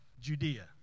Judea